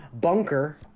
bunker